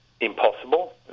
impossible